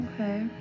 Okay